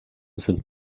sind